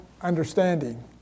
understanding